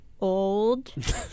old